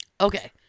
okay